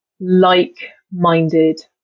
like-minded